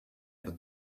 other